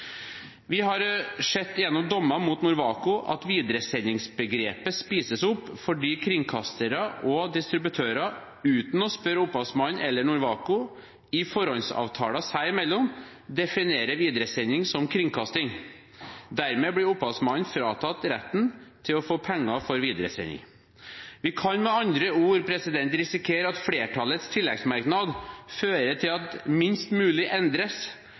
mot Norwaco sett at videresendingsbegrepet spises opp fordi kringkastere og distributører uten å spørre opphavsmannen eller Norwaco i forhåndsavtaler seg imellom definerer videresending som kringkasting. Dermed blir opphavsmannen fratatt retten til å få penger for videresending. Vi kan med andre ord risikere at flertallets tilleggsmerknad fører til at minst mulig endres,